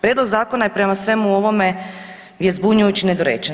Prijedlog zakona je prema svemu ovome je zbunjujući i nedorečen.